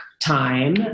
time